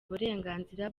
uburenganzira